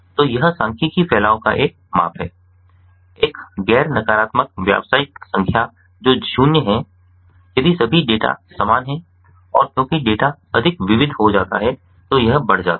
तो यह सांख्यिकीय फैलाव का एक माप है एक गैर नकारात्मक वास्तविक संख्या जो 0 है यदि सभी डेटा समान हैं और क्योंकि डेटा अधिक विविध हो जाता है तो यह बढ़ जाता है